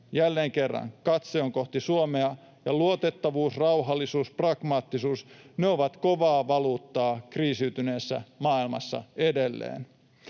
jälleen kerran, katse on kohti Suomea, ja luotettavuus, rauhallisuus ja pragmaattisuus ovat kovaa valuuttaa kriisiytyneessä maailmassa edelleen.